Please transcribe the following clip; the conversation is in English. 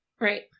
Right